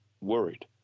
worried